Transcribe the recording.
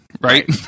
right